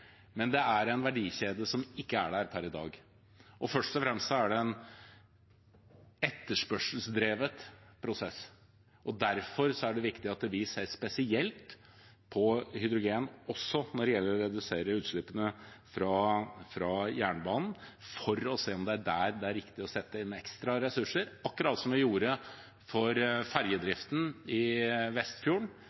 Men det er en verdikjede som ikke er der per i dag, og først og fremst er det en etterspørselsdrevet prosess. Derfor er det viktig at vi ser spesielt på hydrogen også når det gjelder å redusere utslippene fra jernbanen, for å se om det er der det er riktig å sette inn ekstra ressurser, akkurat som vi gjorde for ferjedriften i Vestfjorden,